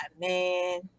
man